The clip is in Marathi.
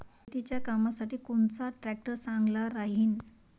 शेतीच्या कामासाठी कोनचा ट्रॅक्टर चांगला राहीन?